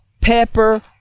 pepper